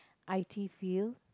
I_T field